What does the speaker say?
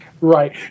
Right